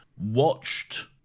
Watched